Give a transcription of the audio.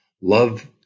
Love